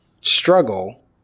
struggle